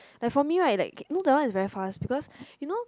like for me right like no that one is very fast because you know